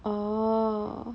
oh